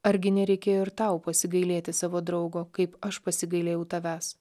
argi nereikėjo ir tau pasigailėti savo draugo kaip aš pasigailėjau tavęs